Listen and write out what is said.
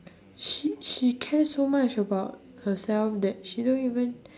she she care so much about herself that she don't even